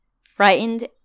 Frightened